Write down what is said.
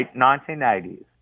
1980s